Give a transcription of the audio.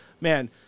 man